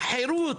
החירות,